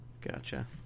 Gotcha